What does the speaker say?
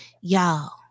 Y'all